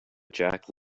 jack